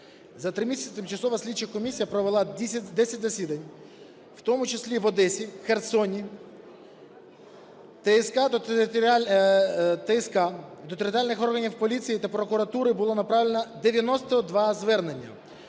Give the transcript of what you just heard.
За 3 місяці Тимчасова слідча комісії провела 10 засідань, у тому числі в Одесі, Херсоні. ТСК до територіальних органів поліції та прокуратури було направлено 92 звернення